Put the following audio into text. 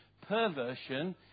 perversion